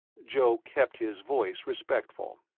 joe kept his voice respectful.